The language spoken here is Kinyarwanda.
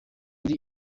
kuri